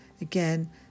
Again